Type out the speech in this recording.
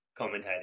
commentating